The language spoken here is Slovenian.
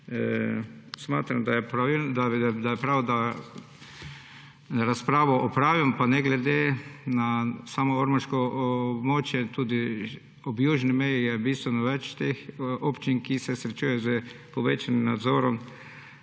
Smatram, da je prav, da razpravo opravimo, pa ne glede na samo ormoško območje, tudi ob južni meji je bistveno več teh občin, ki se srečujejo s povečanim nadzorom